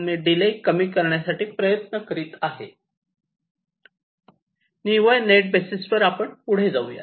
म्हणून मी डिले कमी करण्यासाठी प्रयत्न करीत आहे निव्वळ नेट बेसिसवर आपण पुढे जाऊ